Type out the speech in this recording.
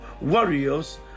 warriors